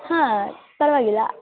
ಹಾಂ ಪರವಾಗಿಲ್ಲ